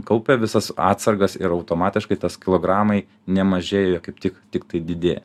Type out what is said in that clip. kaupia visas atsargas ir automatiškai tas kilogramai nemažėja kaip tik tiktai didėja